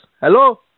Hello